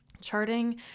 charting